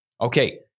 Okay